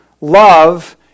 love